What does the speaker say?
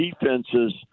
defenses